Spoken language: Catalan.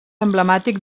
emblemàtic